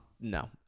No